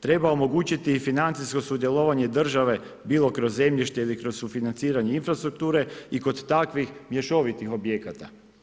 Treba omogućiti i financijsko sudjelovanje države bilo kroz zemljište ili kroz sufinanciranje infrastrukture i kod takvih mješovitih objekata.